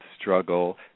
struggle